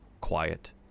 quiet